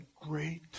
great